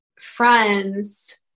friends